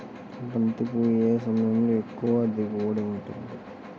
బంతి పువ్వు ఏ సమయంలో ఎక్కువ దిగుబడి ఉంటుంది?